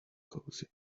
cosy